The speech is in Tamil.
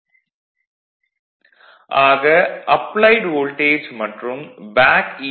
vlcsnap 2018 11 05 09h52m20s200 vlcsnap 2018 11 05 09h51m49s154 ஆக அப்ளைட் வோல்டேஜ் மற்றும் பேக் ஈ